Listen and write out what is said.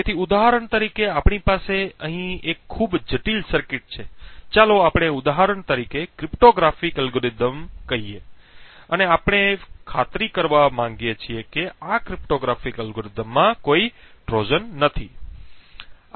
તેથી ઉદાહરણ તરીકે આપણી પાસે અહીં એક ખૂબ જટિલ સર્કિટ છે ચાલો આપણે ઉદાહરણ તરીકે ક્રિપ્ટોગ્રાફિક એલ્ગોરિધમનો કહીએ અને અમે ખાતરી કરવા માગીએ છીએ કે આ ક્રિપ્ટોગ્રાફિક અલ્ગોરિધમમાં કોઈ ટ્રોજન નથી